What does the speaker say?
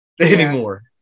anymore